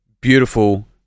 beautiful